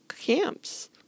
camps